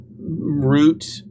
root